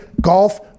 golf